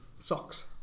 Socks